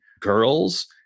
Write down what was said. girls